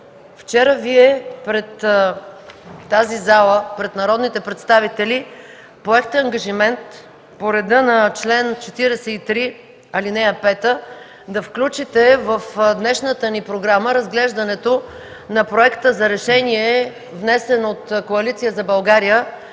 председател! Вчера пред народните представители в залата Вие поехте ангажимент по реда на чл. 43, ал. 5 да включите в днешната ни програма разглеждането на Проекта за решение, внесен от Коалиция за България,